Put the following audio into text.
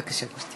בבקשה.